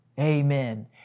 Amen